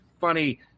funny